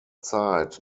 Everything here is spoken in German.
zeit